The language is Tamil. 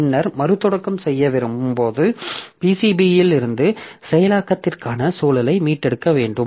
பின்னர் மறுதொடக்கம் செய்ய விரும்பும் போது PCBயிலிருந்து செயலாக்கத்திற்கான சூழலை மீட்டெடுக்க வேண்டும்